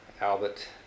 Albert